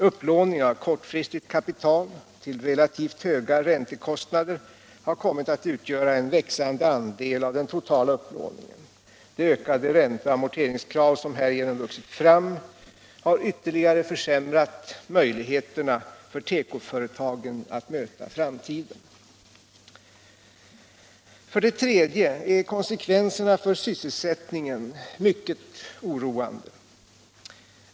Upplåning av kortfristigt kapital till relativt höga räntekostnader har kommit att utgöra en växande andel av den totala upplåningen. De ökade ränteoch amorteringskrav som härigenom vuxit fram har ytterligare försämrat möjligheterna för tekoföretagen att möta framtiden. För det tredje är konsekvenserna för sysselsättningen mycket oroande.